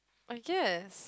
I guess